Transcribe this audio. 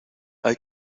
hay